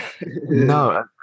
No